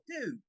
Dude